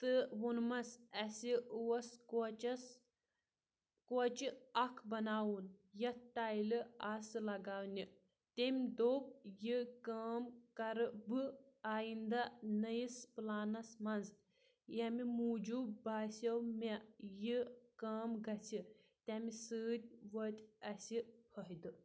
تہٕ ووٚنمَس اَسہِ اوس کوچَس کوچہِ اَکھ بَناوُن یَتھ ٹایلہٕ آسہٕ لَگاونہِ تٔمۍ دوٚپ یہِ کٲم کَرٕ بہٕ آیندہ نٔیِس پٕلانَس منٛز ییٚمہِ موٗجوٗب باسیٚو مےٚ یہِ کٲم گژھِ تَمہِ سۭتۍ واتہِ اَسِہ فٲیِدٕ